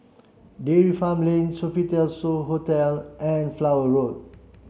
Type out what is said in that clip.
Dairy Farm Lane Sofitel So Hotel and Flower Road